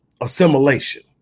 assimilation